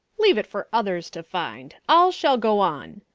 leave it for others to find. all shall go on.